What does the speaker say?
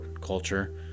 culture